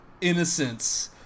innocence